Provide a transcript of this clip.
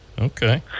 Okay